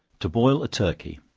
to boil a turkey.